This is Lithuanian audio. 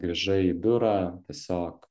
grįžai į biurą tiesiog